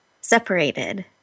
separated